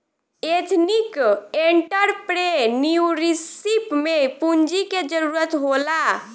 ethnic entrepreneurship में पूंजी के जरूरत होला